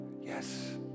yes